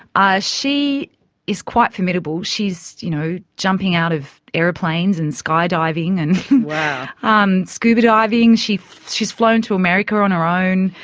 ah she is quite formidable. she's, you know, jumping out of airplanes and sky diving and um scuba diving. she's flown to america on her own.